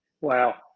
Wow